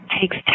takes